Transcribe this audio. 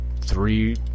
three